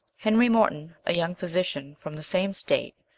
henry morton, a young physician from the same state,